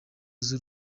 z’u